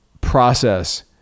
process